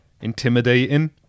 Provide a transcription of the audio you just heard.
intimidating